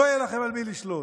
לא יהיה לכם על מי לשלוט.